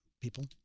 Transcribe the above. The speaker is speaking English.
people